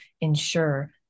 ensure